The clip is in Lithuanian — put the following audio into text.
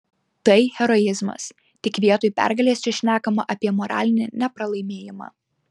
tai heroizmas tik vietoj pergalės čia šnekama apie moralinį nepralaimėjimą